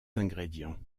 ingrédients